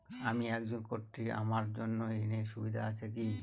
আমি একজন কট্টি আমার জন্য ঋণের সুবিধা আছে কি?